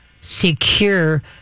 secure